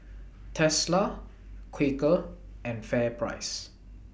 Tesla Quaker and FairPrice